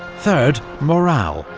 third, morale.